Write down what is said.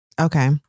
Okay